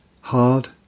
hard